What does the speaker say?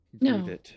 No